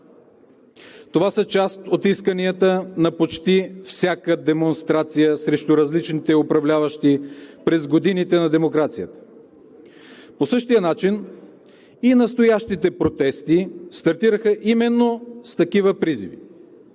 Това са част от исканията на почти всяка демонстрация срещу различните управляващи през годините на демокрацията. По същия начин и настоящите протести стартираха именно с такива призиви,